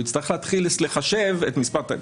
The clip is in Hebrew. הוא יצטרך להתחיל לחשב את מספר השופטים.